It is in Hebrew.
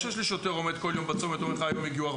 זה לא שיש לי שוטר שעומד כל יום בצומת ואומר לך מאיפה הגיעו.